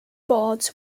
boards